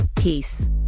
Peace